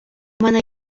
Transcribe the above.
мене